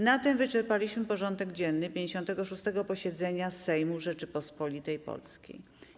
Na tym wyczerpaliśmy porządek dzienny 56. posiedzenia Sejmu Rzeczypospolitej Polskiej.